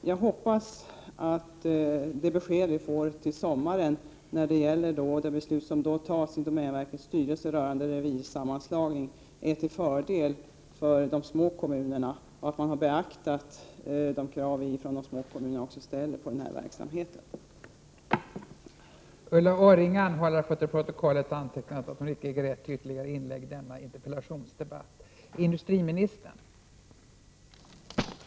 Jag hoppas att det besked vi får till sommaren när domänverkets styrelse har fattat beslut rörande revirsammanslagningen är till fördel för de små kommunerna och att de krav som de små kommunerna ställer på verksamheten också beaktas.